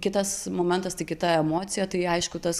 kitas momentas tai kita emocija tai aišku tas